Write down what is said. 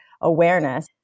awareness